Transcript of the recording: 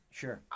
sure